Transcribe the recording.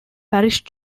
parish